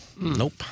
Nope